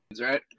right